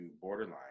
Borderline